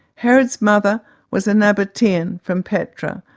herod's mother was a nabatean from petra,